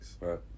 Right